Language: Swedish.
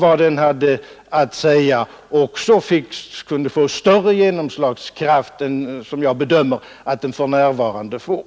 vad den har att anföra skulle också få en större genomslagskraft än det för närvarande har, såsom jag bedömer det.